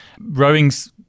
Rowing's